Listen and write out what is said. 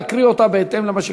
להקריא אותה בהתאם למה שכתוב.